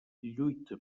lluita